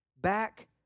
back